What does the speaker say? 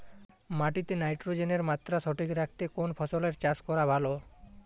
মাটিতে নাইট্রোজেনের মাত্রা সঠিক রাখতে কোন ফসলের চাষ করা ভালো?